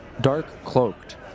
dark-cloaked